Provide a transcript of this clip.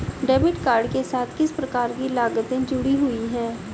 Debit card के साथ किस प्रकार की लागतें जुड़ी हुई हैं?